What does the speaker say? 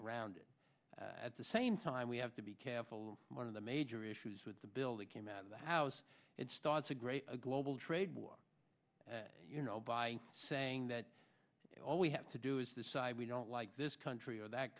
around at the same time we have to be careful and one of the major issues with the bill that came out of the house and starts a great a global trade was you know by saying that all we have to do is decide we don't like this country or that